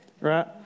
right